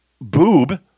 boob